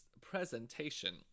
presentation